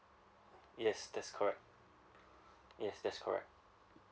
yes that's correct yes that's correct